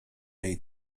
jej